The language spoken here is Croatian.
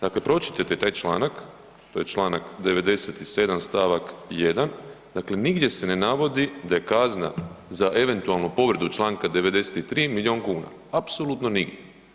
Dakle, pročitajte taj članak, to je čl. 97. stavak 1., dakle nigdje se ne navodi da je kazna za eventualnu povredu čl. 93., milijun kuna, apsolutno nigdje.